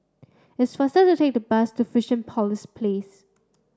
it's faster to take the bus to Fusionopolis Place